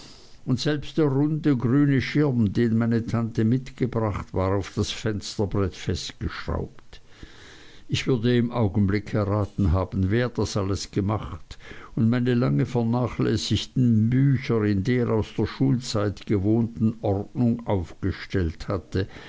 und selbst der runde grüne schirm den meine tante mitgebracht war auf das fensterbrett festgeschraubt ich würde im augenblick erraten haben wer das alles gemacht und meine lange vernachlässigten bücher in der aus der schulzeit gewohnten ordnung aufgestellt hatte